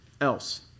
else